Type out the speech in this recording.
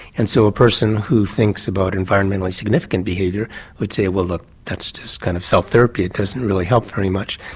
and so a person who thinks about environmentally significant behaviour would say well look that's just kind of self therapy, it doesn't really help very much.